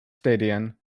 stadion